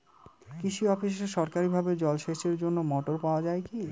কৃষি অফিসে সরকারিভাবে জল সেচের জন্য মোটর পাওয়া যায় কি?